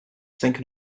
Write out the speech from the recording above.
thinking